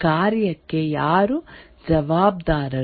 ಕಾರ್ಯಕ್ಕೆ ಯಾರು ಜವಾಬ್ದಾರರು